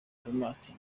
thomas